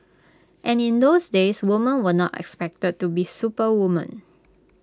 and in those days women were not expected to be superwomen